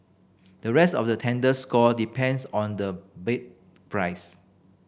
the rest of the tender score depends on the bed price